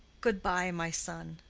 good-bye, my son,